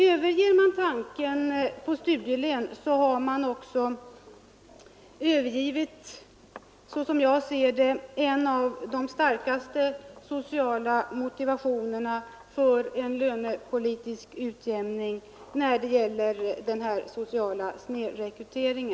Överger man tanken på studielön, som kan motverka den sociala snedrekryteringen, då har man också övergivit en av de starkaste sociala motivationerna för en lönepolitisk utjämning i detta avseende.